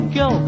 go